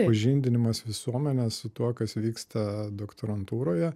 pažindinimas visuomenę su tuo kas vyksta doktorantūroje